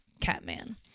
Catman